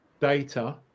data